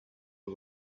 was